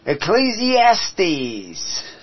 Ecclesiastes